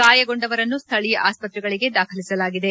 ಗಾಯಗೊಂಡವರನ್ನು ಸ್ದಳೀಯ ಆಸ್ಪತ್ರೆಗಳಿಗೆ ದಾಖಲಿಸಲಾಗಿದೆ